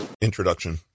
Introduction